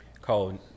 called